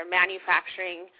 manufacturing